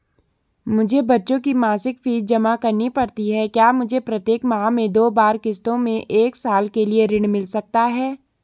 मुझे बच्चों की मासिक फीस जमा करनी पड़ती है क्या मुझे प्रत्येक माह में दो बार किश्तों में एक साल के लिए ऋण मिल सकता है?